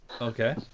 Okay